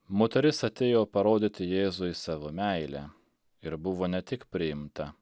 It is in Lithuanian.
moteris atėjo parodyti jėzui savo meilę ir buvo ne tik priimta